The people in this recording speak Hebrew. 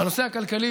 בנושא הכלכלי,